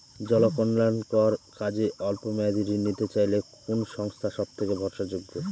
জনকল্যাণকর কাজে অল্প মেয়াদী ঋণ নিতে চাইলে কোন সংস্থা সবথেকে ভরসাযোগ্য?